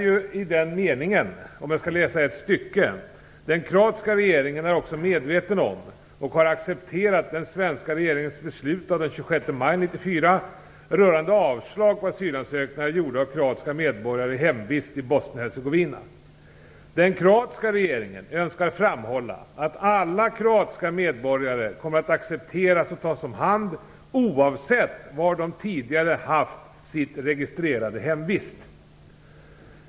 Jag skall läsa ett stycke ur det: Den kroatiska regeringen är också medveten om och har accepterat den svenska regeringens beslut av den 26 maj 1994 Den kroatiska regeringen önskar framhålla att alla kroatiska medborgare kommer att accepteras och tas om hand oavsett var de tidigare haft sitt registrerade hemvist.